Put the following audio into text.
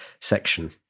section